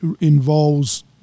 involves